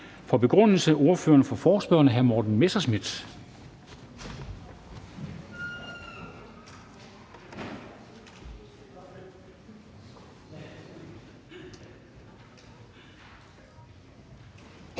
For begrundelse er det ordføreren for forespørgerne, hr. Morten Messerschmidt.